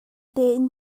tein